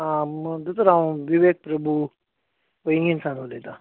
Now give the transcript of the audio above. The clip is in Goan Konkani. आं दोतोर हांव विवेक प्रभू पैगीण सान उलयता